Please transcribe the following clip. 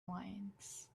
lions